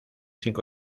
cinco